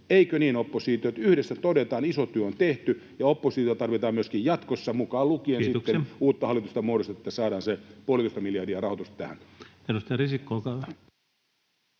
Eikö niin, oppositio, että yhdessä todetaan, että iso työ on tehty? Ja oppositiota tarvitaan myöskin jatkossa, mukaan lukien [Puhemies: Kiitoksia!] uutta hallitusta muodostettaessa, että saadaan se puolitoista miljardia rahoitusta tähän.